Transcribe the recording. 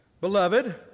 Beloved